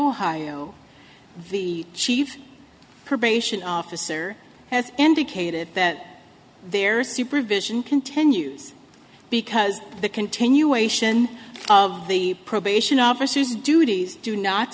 ohio the chief probation officer has indicated that there supervision continues because the continuation of the probation officers duties do not